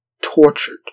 tortured